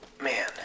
Man